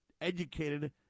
educated